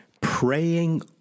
praying